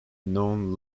known